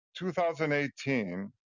2018